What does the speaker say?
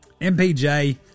MPJ